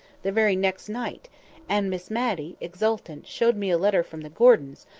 the very next night and miss matty, exultant, showed me a letter from the gordons,